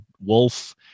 wolf